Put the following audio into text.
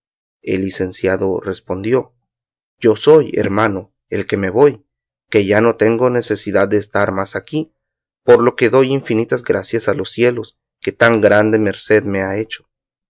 el licenciado respondió yo soy hermano el que me voy que ya no tengo necesidad de estar más aquí por lo que doy infinitas gracias a los cielos que tan grande merced me han hecho